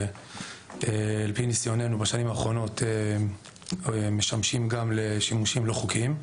שעל פי ניסיוננו בשנים האחרונות משמשים גם לשימושים לא חוקיים.